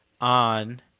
on